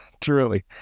Truly